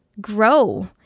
grow